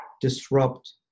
disrupt